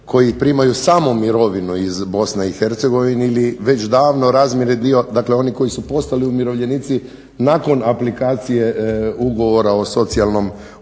koji primaju samo mirovinu iz BiH ili već davno razmjerni dio dakle oni koji su postali umirovljenici nakon aplikacije ugovora o socijalnom osiguranju,